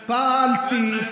פעלתי.